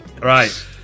Right